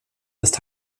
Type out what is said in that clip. ist